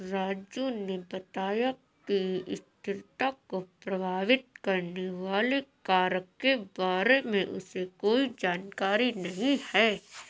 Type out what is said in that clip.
राजू ने बताया कि स्थिरता को प्रभावित करने वाले कारक के बारे में उसे कोई जानकारी नहीं है